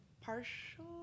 Partial